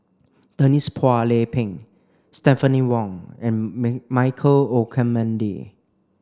Denise Phua Lay Peng Stephanie Wong and Michael Olcomendy